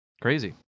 crazy